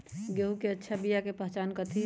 गेंहू के अच्छा बिया के पहचान कथि हई?